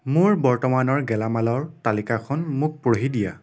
মোৰ বৰ্তমানৰ গেলামালৰ তালিকাখন মোক পঢ়ি দিয়া